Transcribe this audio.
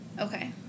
Okay